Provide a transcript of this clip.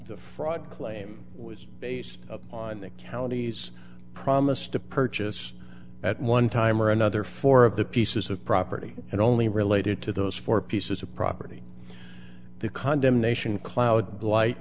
the fraud claim was based on the counties promise to purchase at one time or another four of the pieces of property and only related to those four pieces of property the condemnation cloud blight